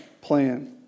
plan